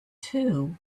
two